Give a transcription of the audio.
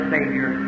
Savior